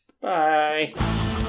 bye